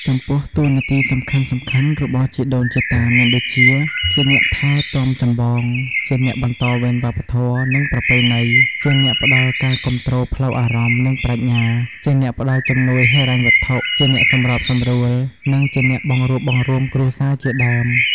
ចំពោះ តួនាទីសំខាន់ៗរបស់ជីដូនជីតាមានដូចជា ជាអ្នកថែទាំចម្បង ជាអ្នកបន្តវេនវប្បធម៌ និងប្រពៃណី ជាអ្នកផ្តល់ការគាំទ្រផ្លូវអារម្មណ៍ និងប្រាជ្ញា ជាអ្នកផ្តល់ជំនួយហិរញ្ញវត្ថុ ជាអ្នកសម្របសម្រួល និងជាអ្នកបង្រួបបង្រួមគ្រួសារជាដើម។